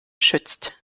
schützt